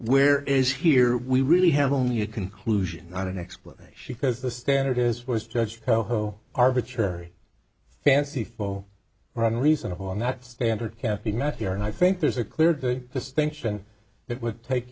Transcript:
where is here we really have only a conclusion on an explanation because the standard is was judged coho arbitrary fancy fo run reasonable on that standard can be met here and i think there's a clear the distinction it would take